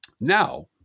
Now